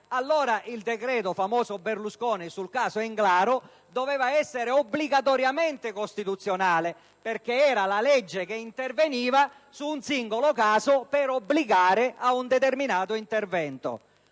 allora il famoso decreto Berlusconi sul caso Englaro doveva essere obbligatoriamente costituzionale, perché era la legge che interveniva su un singolo caso ad obbligare ad un determinato intervento.